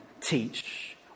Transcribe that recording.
teach